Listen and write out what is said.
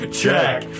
check